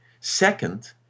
second